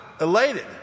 elated